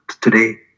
today